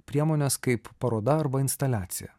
priemones kaip paroda arba instaliacija